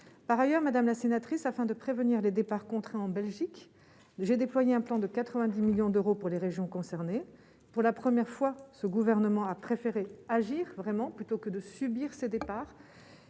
par ailleurs, madame la sénatrice afin de prévenir les départs contraints en Belgique, j'ai déployé un plan de 90 millions d'euros pour les régions concernées, pour la première fois, ce gouvernement a préféré agir vraiment, plutôt que de subir ces départs